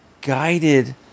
guided